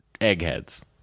eggheads